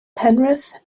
penrith